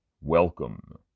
Welcome